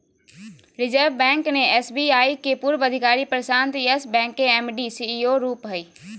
reserve Bank ने SBI के पूर्व अधिकारी प्रशांत यस बैंक के एम.डी, सी.ई.ओ रूप हइ